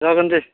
जागोन दे